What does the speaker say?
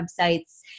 websites